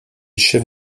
chef